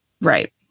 Right